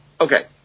okay